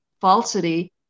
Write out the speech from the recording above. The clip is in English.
falsity